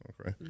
Okay